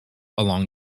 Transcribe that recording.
along